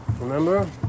Remember